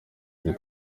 iri